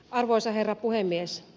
arvoisa herra puhemies